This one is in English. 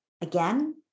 again